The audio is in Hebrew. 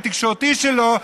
התקשורתי שלו,